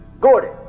Gordon